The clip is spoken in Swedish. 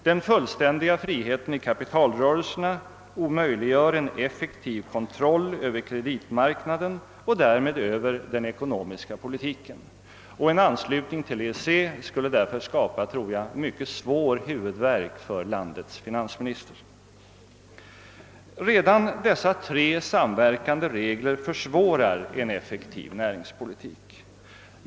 Den fullständiga friheten i kapitalrörelserna omöjliggör en effektiv kontroll över kreditmarknaden och därmed över den ekonomiska politiken. En anslutning till EEC skulle därför, tror jag, skapa mycket svår huvudvärk hos landets finansminister. Redan dessa tre samverkande regler försvårar en effektiv näringspolitik.